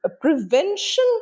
prevention